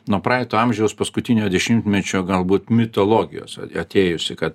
nuo praeito amžiaus paskutiniojo dešimtmečio galbūt mitologijos atėjusi kad